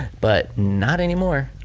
but not anymore.